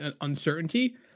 uncertainty